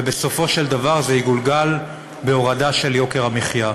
ובסופו של דבר זה יגולגל בהורדה של יוקר המחיה.